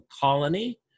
colony